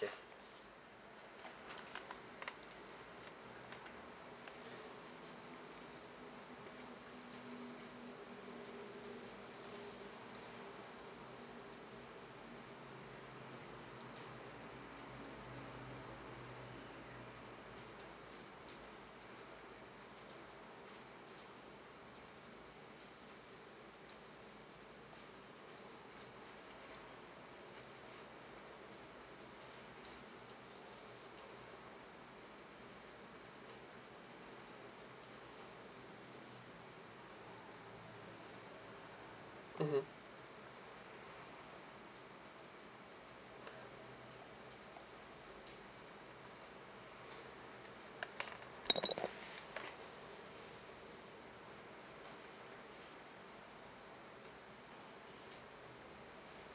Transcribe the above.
mmhmm